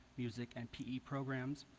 music and pe programs,